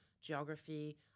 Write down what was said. geography